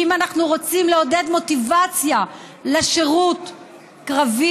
ואם אנחנו רוצים לעודד מוטיבציה לשירות קרבי,